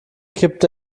kippte